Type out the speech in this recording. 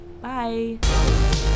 Bye